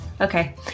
okay